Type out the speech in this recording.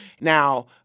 Now